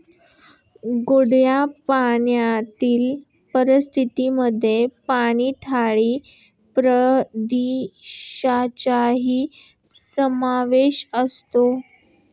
गोड्या पाण्यातील परिसंस्थेमध्ये पाणथळ प्रदेशांचाही समावेश असतो